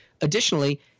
Additionally